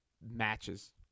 matches